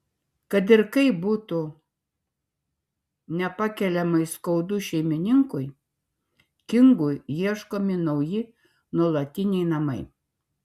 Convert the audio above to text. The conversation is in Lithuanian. kad ir kaip tai būtų nepakeliamai skaudu šeimininkui kingui ieškomi nauji nuolatiniai namai